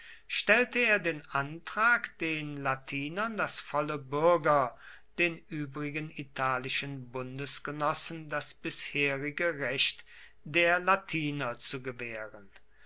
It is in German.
stellte er den antrag den latinern das volle bürger den übrigen italischen bundesgenossen das bisherige recht der latiner zu gewähren